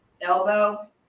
Elbow